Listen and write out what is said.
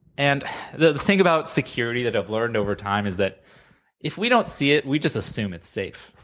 and the thing about security that i've learned over time is that if we don't see it, we just assume it's safe.